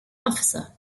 officer